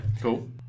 Cool